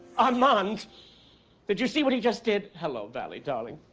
um and did you see what he just did? hello, vallie, darling.